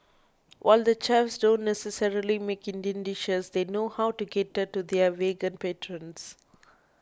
while the chefs don't necessarily make Indian dishes they know how to cater to their vegan patrons